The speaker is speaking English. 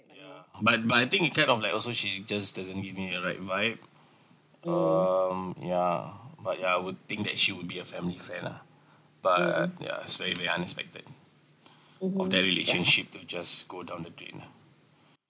ya but but I think it kind of like also she just doesn't give uh me like vibe um yeah but ya I would think that she would be a family friend lah but yeah that's where we unexpected of that relationship to just go down the drain lah